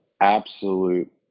absolute